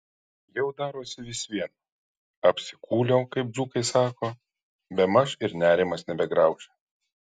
jau darosi vis vien apsikūliau kaip dzūkai sako bemaž ir nerimas nebegraužia